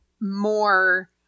more